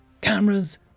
Cameras